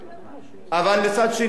בגלל הקריסה במערכת הבריאות,